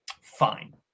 fine